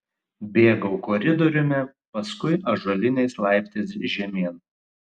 bėgau koridoriumi paskui ąžuoliniais laiptais žemyn